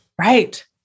Right